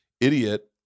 idiot